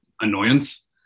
annoyance